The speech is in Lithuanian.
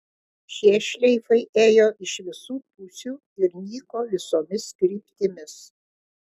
šie šleifai ėjo iš visų pusių ir nyko visomis kryptimis